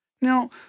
Now